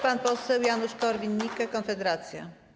Pan poseł Janusz Korwin-Mikke, Konfederacja.